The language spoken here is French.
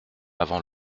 avant